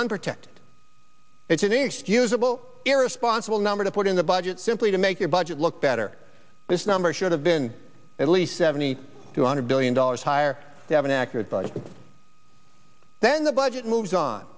unprotected it's inexcusable irresponsible number to put in the budget simply to make your budget look better this number should have been at least seventy two hundred billion dollars higher than accurate budget then the budget moves on